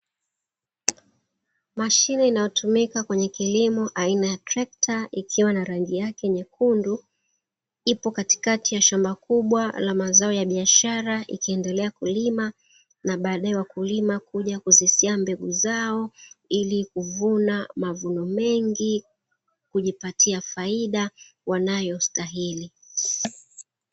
Mashine inayotumika kwenye kilimo aina ya trekta ikiwa na rangi yake nyekundu, ipo katikati ya shamba kubwa la mazao ya biashara ikiendelea kulima, na baadaye wakulima kuja kuzisia mbegu zao, ili kuvuna mavuno mengi kujipatia faida wanayostahili.